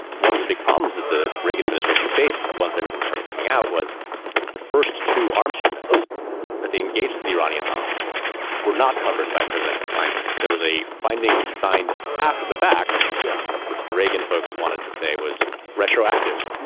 one of the big problems that the reagan ministration faced once everything started coming out was the first two arms shipments that they engaged the iranians on were not covered by presidential finding. there was a finding signed after the fact. yeah. which the reagan folks wanted to say was retroactive.